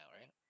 right